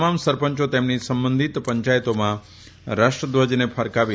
તમામ સરપંચો તેમની સંબંધીત પંચાયતોમાં રાષ્ટ્ર ધ્વજને ફરકાવ્યો